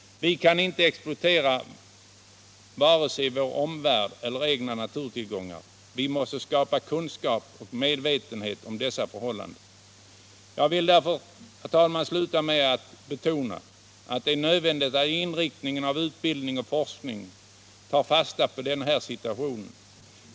Vi kan inte exploatera vare sig vår omvärld eller egna naturtillgångar. Vi måste skapa kunskap och medvetenhet om dessa förhållanden. Jag vill därför, herr talman, sluta med att betona att det är nödvändigt att vid inriktning av utbildning och forskning ta fasta på den här situationen.